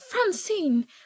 francine